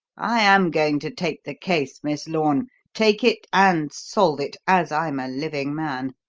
i am going to take the case, miss lorne take it, and solve it, as i'm a living man.